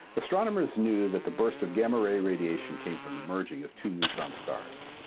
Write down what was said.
astronomers knew that the burst of gamma ray radiation came from the merging of two neutron stars.